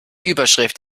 überschrift